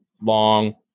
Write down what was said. long